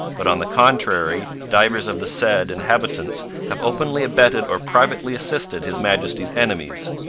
but on the contrary, divers of the said inhabitants have openly abetted or privately assisted his majesty's enemies.